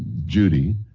judy,